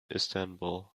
istanbul